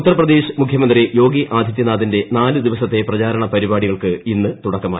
ഉത്തർപ്രദേശ് മുഖ്യമന്ത്രി യോഗി ആദിത്യനാഥിന്റെ നാല് ദിവസത്തെ പ്രചാരണ പരിപാടികൾക്ക് ഇന്ന് തുടക്കമായി